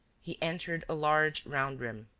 he entered a large round room.